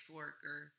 worker